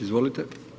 Izvolite.